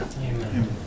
Amen